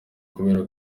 kubera